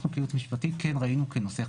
כן ראינו כנושא חדש.